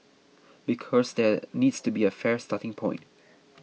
because there needs to be a fair starting point